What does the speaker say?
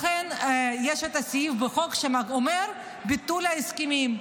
לכן יש את הסעיף בחוק שאומר ביטול ההסכמים,